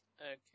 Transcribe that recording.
Okay